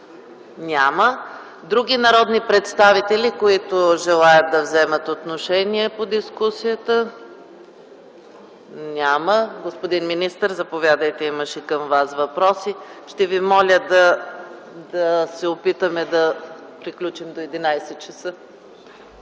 Има ли други народни представители, които желаят да вземат отношение по дискусията? Няма. Господин министър, заповядайте. Към Вас имаше въпроси. Ще Ви помоля да се опитаме да приключим до 11,00 ч.